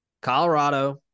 Colorado